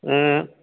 अं